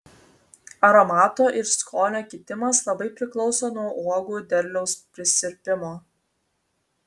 aromato ir skonio kitimas labai priklauso nuo uogų derliaus prisirpimo